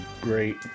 great